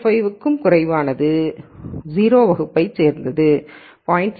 5 க்கும் குறைவானது 0 ஆம் வகுப்பைச் சேர்ந்தது 0